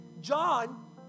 John